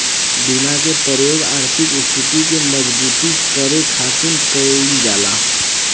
बीमा के प्रयोग आर्थिक स्थिति के मजबूती करे खातिर कईल जाला